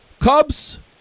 Cubs